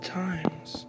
times